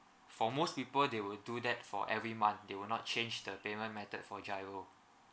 for most people they would do that for every month they will not change the payment method for GIRO